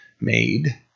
made